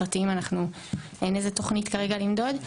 את הפרטיים אין איזה תכנית כרגע למדוד.